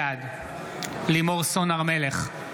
בעד לימור סון הר מלך,